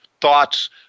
thoughts